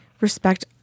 respect